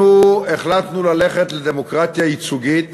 אנחנו החלטנו ללכת לדמוקרטיה ייצוגית